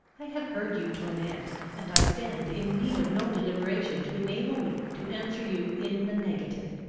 i have heard you to an end, and i stand in need of no deliberation to enable me to answer you in the negative.